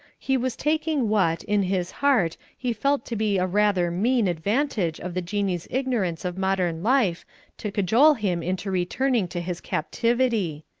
he was taking what, in his heart, he felt to be a rather mean advantage of the jinnee's ignorance of modern life to cajole him into returning to his captivity.